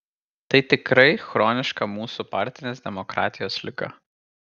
tai tikrai chroniška mūsų partinės demokratijos liga